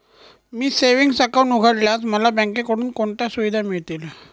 मी savings account उघडल्यास मला बँकेकडून कोणत्या सुविधा मिळतील?